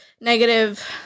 negative